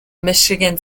michigan